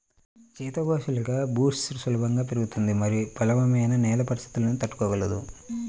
సీతాకోకచిలుక బుష్ సులభంగా పెరుగుతుంది మరియు పేలవమైన నేల పరిస్థితులను తట్టుకోగలదు